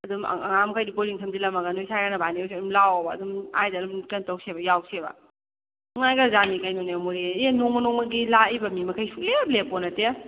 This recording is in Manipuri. ꯑꯗꯨꯝ ꯑꯉꯥꯡꯃꯈꯩꯗꯣ ꯕꯣꯔꯗꯤꯡ ꯊꯝꯖꯤꯜꯂꯝꯃꯒ ꯅꯣꯏ ꯁꯥꯏꯒ ꯅꯕꯅꯤ ꯑꯣꯏꯔꯁꯨ ꯑꯗꯨꯝ ꯂꯥꯛꯑꯣꯕ ꯑꯗꯨꯝ ꯁ꯭ꯋꯥꯏꯗ ꯑꯗꯨꯝ ꯀꯩꯅꯣ ꯇꯧꯁꯦꯕ ꯌꯥꯎꯁꯦꯕ ꯅꯨꯡꯉꯥꯏꯈ꯭ꯔꯖꯥꯠꯅꯤ ꯀꯩꯅꯣꯅꯦ ꯃꯣꯔꯦꯁꯦ ꯑꯦ ꯅꯣꯡꯃ ꯅꯣꯡꯃꯒꯤ ꯂꯥꯛꯏꯕ ꯃꯤ ꯃꯈꯩ ꯁꯨꯛꯂꯦꯞ ꯂꯦꯞꯄꯣꯠ ꯅꯠꯇꯦ